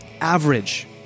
average